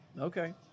okay